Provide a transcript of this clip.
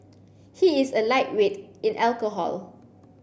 he is a lightweight in alcohol